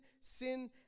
sin